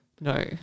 No